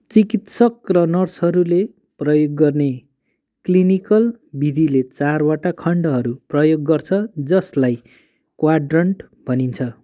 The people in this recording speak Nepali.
चिकित्सक र नर्सहरूले प्रयोग गर्ने क्लिनिकल विधिले चारवटा खण्डहरू प्रयोग गर्छ जसलाई क्वाड्रन्ट भनिन्छ